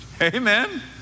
Amen